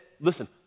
Listen